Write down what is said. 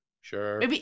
Sure